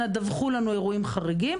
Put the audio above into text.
אנא דווחו לנו אירועים חריגים,